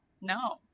no